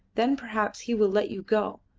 then perhaps he will let you go.